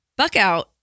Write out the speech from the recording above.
Buckout